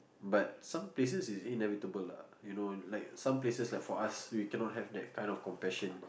but some places is inevitable lah you know like some places like for us we cannot have that kind of compassion